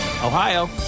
Ohio